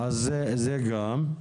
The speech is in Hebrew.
אז זה גם.